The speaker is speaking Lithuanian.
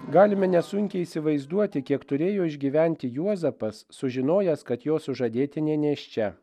galime nesunkiai įsivaizduoti kiek turėjo išgyventi juozapas sužinojęs kad jo sužadėtinė nėščia